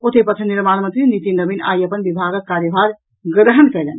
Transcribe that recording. ओतहि पथ निर्माण मंत्री नितिन नवीन आई अपन विभागक कार्यभार ग्रहण कयलनि